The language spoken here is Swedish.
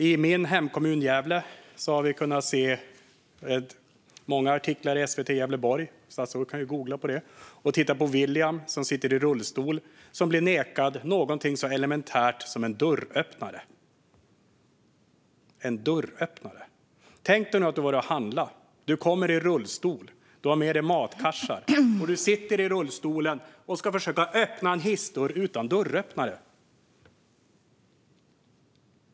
I min hemkommun Gävle har vi kunnat se många inslag i SVT Gävleborg - statsrådet kan ju googla på det. Vi har kunnat titta på William, som sitter i rullstol och som blev nekad någonting så elementärt som en dörröppnare. Tänk dig att du har varit och handlat. Du kommer i rullstol och har med dig matkassar. Du sitter i rullstolen och ska försöka att öppna en hissdörr utan dörröppnare.